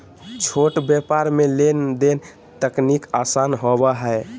छोट व्यापार मे लेन देन तनिक आसान होवो हय